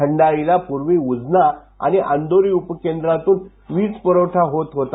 खंडाळीला पूर्वी उजना आणि अंदोरी उपकेंद्रातून वीज पुरवठा होत होता